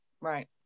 Right